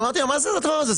אמרתי לה מה זה הדבר הזה?